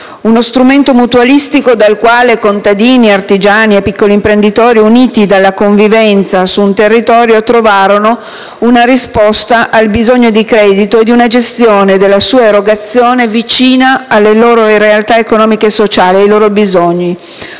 Uno strumento mutualistico dal quale contadini, artigiani e piccoli imprenditori uniti dalla convivenza su un territorio trovarono una risposta al bisogno di credito e di una gestione della sua erogazione vicina alle loro realtà economiche e sociali, ai loro bisogni.